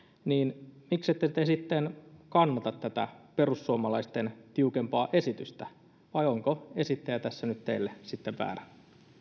niin miksette te sitten kannata tätä perussuomalaisten tiukempaa esitystä onko esittäjä tässä nyt teille sitten väärä